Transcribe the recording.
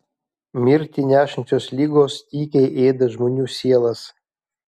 mirtį nešančios ligos tykiai ėda žmonių sielas